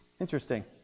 Interesting